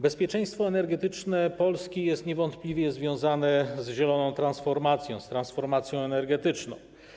Bezpieczeństwo energetyczne Polski jest niewątpliwie związane z zieloną transformacją, z transformacją energetyczną.